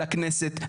לכנסת,